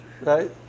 right